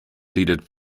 pleaded